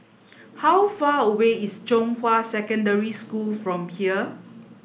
how far away is Zhonghua Secondary School from here